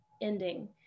ending